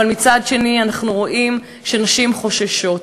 אבל מצד שני אנחנו רואים שנשים חוששות.